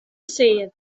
sedd